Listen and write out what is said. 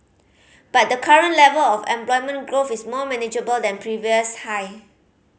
but the current level of employment growth is more manageable than previous high